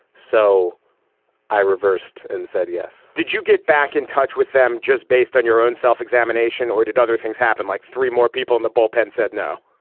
so i reversed and said yes. did you get back in touch with them just based on your own self-examination or did other things happen like three more people in the bullpen said no.